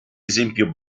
esempio